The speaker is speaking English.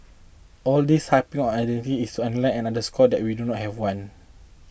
all this harping on identity is underline and underscore that we do not have one